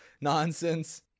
nonsense